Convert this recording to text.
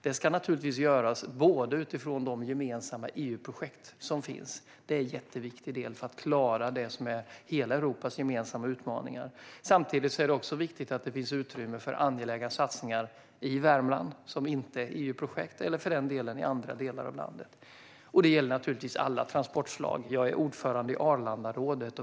Det ska naturligtvis göras utifrån de gemensamma EU-projekt som finns - det är en jätteviktig del för att klara det som är hela Europas gemensamma utmaningar. Samtidigt är det viktigt att det finns utrymme för angelägna satsningar i Värmland, eller för den delen i andra delar av landet, som inte är EU-projekt. Detta gäller naturligtvis alla transportslag. Jag är ordförande i Arlandarådet.